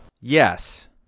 yes